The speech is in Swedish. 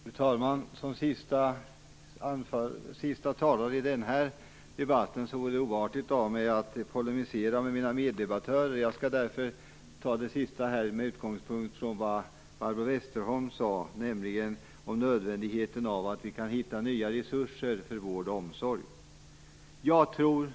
Fru talman! Som sista talare i den här debatten vore det oartigt av mig att polemisera mot mina meddebattörer. Jag skall därför hålla detta anförande med utgångspunkt från det som Barbro Westerholm sade. Hon talade om nödvändigheten av att hitta nya resurser för vård och omsorg. Fru talman!